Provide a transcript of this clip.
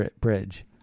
Bridge